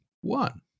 one